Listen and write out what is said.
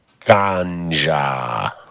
Ganja